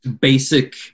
basic